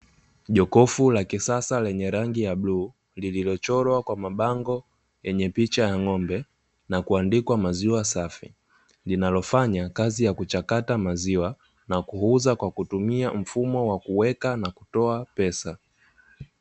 Jokofu la kisasa lenye rangi ya bluu lililochorwa kwa mabango yenye picha ya ng'ombe, na kuandikwa "maziwa safi" linalofanya kazi ya kuchakata maziwa na kuuza kwa kutumia mfumo wa kuweka na kutoa pesa.